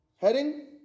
heading